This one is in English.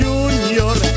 Junior